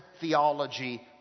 theology